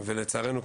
ולצערנו,